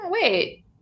wait